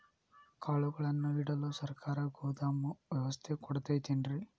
ಕಾಳುಗಳನ್ನುಇಡಲು ಸರಕಾರ ಗೋದಾಮು ವ್ಯವಸ್ಥೆ ಕೊಡತೈತೇನ್ರಿ?